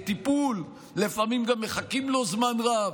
טיפול, לפעמים גם מחכים לו זמן רב.